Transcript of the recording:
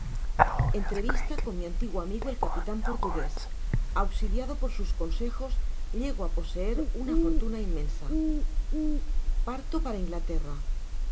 entrevista con mi antiguo amigo el capi tan portugues auxiliado por sus consejos llego á po seer una fortuna inmensa parto para inglaterra